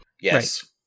Yes